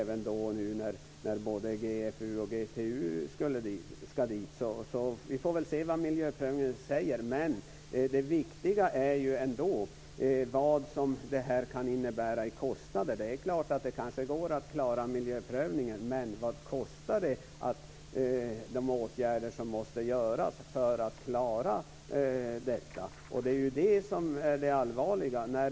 Dessutom ska både GFU och GTU dit. Vi får se vad miljöprövningen säger. Det viktiga är ändå vilka kostnader det kan innebära. Det går kanske att klara miljöprövningen, men vad kostar de åtgärder som måste vidtas? Det är det som är det allvarliga.